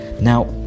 Now